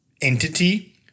entity